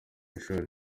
ishuri